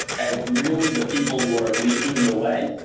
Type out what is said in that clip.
and really the people who are leading the way.